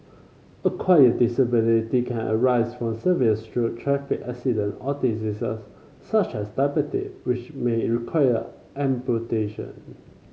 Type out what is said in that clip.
acquired disability can arise from severe stroke traffic accident or diseases such as diabete which may require amputation